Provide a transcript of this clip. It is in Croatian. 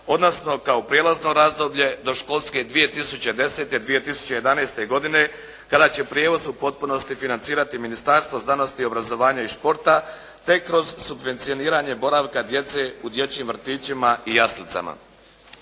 odnosno kao prijelazno razdoblje do školske 2010.-2011. godine kada će prijevoz u potpunosti financirati Ministarstvo znanosti, obrazovanja i športa te kroz subvencioniranje boravka djece u dječjim vrtićima i jaslicama.